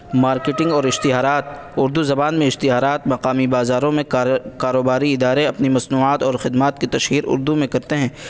marketing اور اشتہارات اردو زبان میں اشتہارات مقامی بازاروں میں کاروباری ادارے اپنی مصنوعات اور خدمات کی تشہیر اردو میں کرتے ہیں